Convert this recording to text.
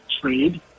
trade